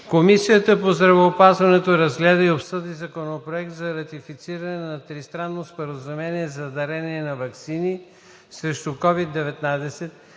Комисията по здравеопазването разгледа и обсъди Законопроект за ратифициране на Тристранно споразумение за дарение на ваксини срещу COVID-19,